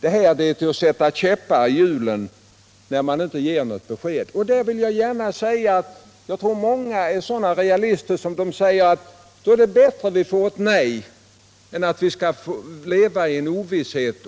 Det är att sätta käppar i hjulen när man inte ger något besked. Jag utgår ifrån att många framställningar bör bifallas, men det är bättre att vi får ett nej än att leva i ovisshet.